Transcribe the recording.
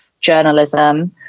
journalism